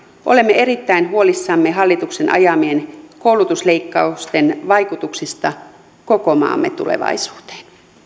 olemme erittäin huolissamme hallituksen ajamien koulutusleikkausten vaikutuksista koko maamme tulevaisuuteen kiitos